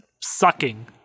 Sucking